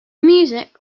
music